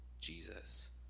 Jesus